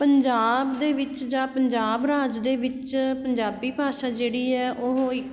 ਪੰਜਾਬ ਦੇ ਵਿੱਚ ਜਾਂ ਪੰਜਾਬ ਰਾਜ ਦੇ ਵਿੱਚ ਪੰਜਾਬੀ ਭਾਸ਼ਾ ਜਿਹੜੀ ਹੈ ਉਹ ਇੱਕ